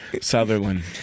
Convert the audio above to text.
Sutherland